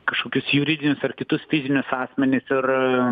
kažkokius juridinius ar kitus fizinius asmenis ir